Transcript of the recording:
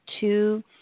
Two